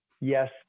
yes